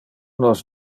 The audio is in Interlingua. nos